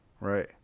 right